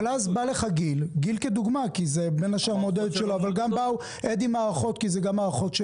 אבל אז לדוגמה בא לך גיל או א.ד.י מערכות והם אומרים